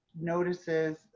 notices